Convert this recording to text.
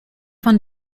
von